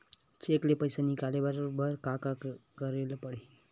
Cheque ले पईसा निकलवाय बर का का करे ल पड़हि?